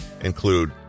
include